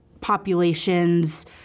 populations